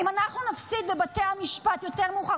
אם אנחנו נפסיד בבתי המשפט יותר מאוחר